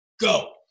go